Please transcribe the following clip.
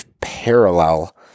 parallel